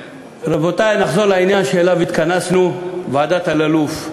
רבותי, נחזור לעניין שאליו התכנסנו, ועדת אלאלוף.